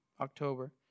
October